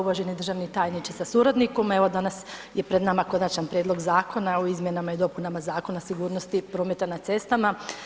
Uvaženi državni tajniče sa suradnikom, evo danas je pred nama Konačan prijedlog Zakona o izmjenama i dopunama Zakona o sigurnosti prometa na cestama.